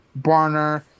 Barner